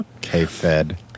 K-Fed